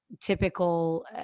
typical